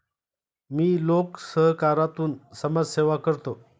मी लोकसहकारातून समाजसेवा करतो